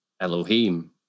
Elohim